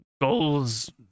goals